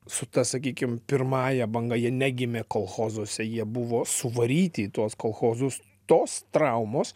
su ta sakykim pirmąja banga jie negimė kolchozuose jie buvo suvaryti į tuos kolchozus tos traumos